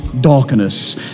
darkness